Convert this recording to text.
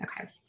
Okay